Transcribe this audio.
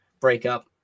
breakup